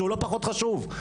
שהוא לא פחות חשוב.